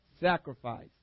sacrifice